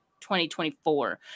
2024